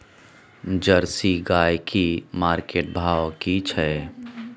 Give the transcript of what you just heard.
Jersey गाय की market भाव की छै?